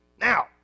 Now